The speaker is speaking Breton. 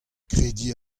krediñ